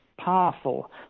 powerful